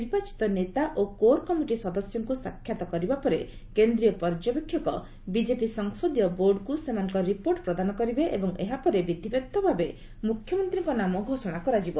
ନିର୍ବାଚିତ ନେତା ଓ କୋର୍ କମିଟି ସଦସ୍ୟଙ୍କୁ ସାକ୍ଷାତ କରିବା ପରେ କେନ୍ଦ୍ରୀୟ ପର୍ଯ୍ୟବେକ୍ଷକ ବିଜେପି ସଂସଦୀୟ ବୋର୍ଡକୁ ସେମାନଙ୍କ ରିପୋର୍ଟ ପ୍ରଦାନ କରିବେ ଏବଂ ଏହା ପରେ ବିଧିବଦ୍ଧ ଭାବେ ମୁଖ୍ୟମନ୍ତ୍ରୀଙ୍କ ନାମ ଘୋଷଣା କରାଯିବ